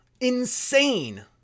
insane